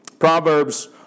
Proverbs